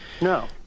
No